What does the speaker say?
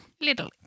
little